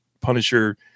Punisher